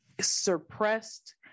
suppressed